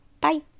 Bye